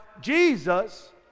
Jesus